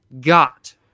got